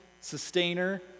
sustainer